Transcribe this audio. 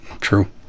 True